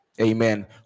amen